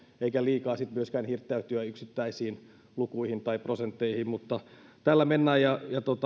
eikä liikaa sitten myöskään hirttäytyä yksittäisiin lukuihin tai prosentteihin mutta tällä mennään ja